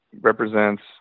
represents